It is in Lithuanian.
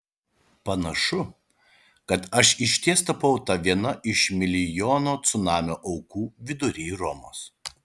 panašu kad aš išties tapau ta viena iš milijono cunamio aukų vidury romos